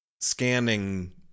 scanning